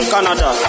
Canada